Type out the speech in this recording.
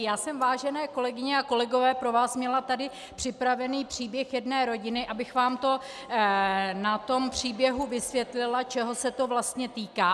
Já jsem, vážené kolegyně a kolegové, pro vás měla tady připraven příběh jedné rodiny, abych vám to na tom příběhu vysvětlila, čeho se to vlastně týká.